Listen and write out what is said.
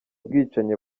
bwicanyi